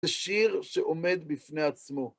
זה שיר שעומד בפני עצמו.